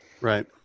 Right